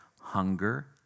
hunger